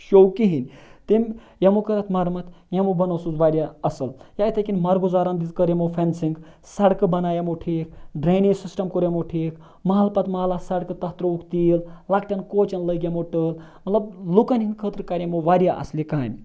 ش کِہیٖنۍ تیٚمۍ یِمو کٔر اَتھ مَرٕمَت یِمو بنوو سُہ واریاہ اَصٕل یا اِتھَے کٔنۍ مَرگُزارَن دِژ کٔر یِمو فٮ۪نسِنٛگ سَڑکہٕ بَناے یِمو ٹھیٖک ڈرٛینیج سِسٹَم کوٚر یِمو ٹھیٖک محلہٕ پَتہٕ محلہٕ آس سڑکہٕ تَتھ ترٛووُکھ تیٖل لۄکٹٮ۪ن کوچَن لٲگۍ یِمو ٹٲل مطلب لُکَن ہِنٛدِ خٲطرٕ کَرِ یِمو واریاہ اَصلہِ کامہِ